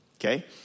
okay